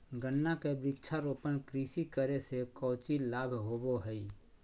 गन्ना के वृक्षारोपण कृषि करे से कौची लाभ होबो हइ?